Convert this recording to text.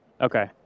Okay